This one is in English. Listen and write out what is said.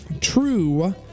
true